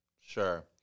Sure